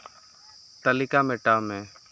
ᱛᱟᱹᱞᱤᱠᱟ ᱢᱮᱴᱟᱣ ᱢᱮ